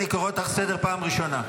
אני קורא אותך לסדר פעם ראשונה.